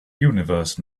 universe